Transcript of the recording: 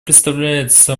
представляется